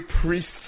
priests